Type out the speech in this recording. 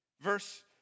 Verse